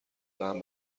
دهم